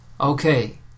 Okay